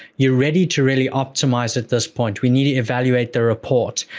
you're ready to really optimize at this point. we need to evaluate their report.